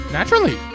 Naturally